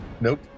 Nope